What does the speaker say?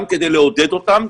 גם כדי לעודד אותם,